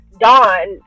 dawn